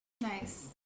Nice